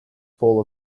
full